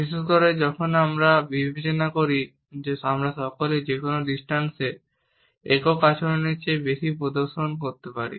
বিশেষ করে যখন আমরা বিবেচনা করি যে আমরা সকলেই যেকোন দৃষ্টান্তে একক আচরণের চেয়ে বেশি প্রদর্শন করতে পারি